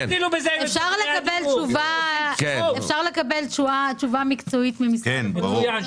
אפשר לקבל תשובה מקצועית ממשרד הבריאות?